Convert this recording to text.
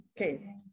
Okay